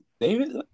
David